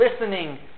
listening